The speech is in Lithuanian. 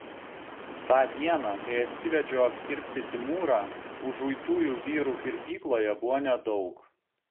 tą dieną kai atsivedžiau apkirpti timūrą užuitųjų vyrų kirpykloje buvo nedaug